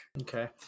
Okay